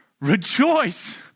rejoice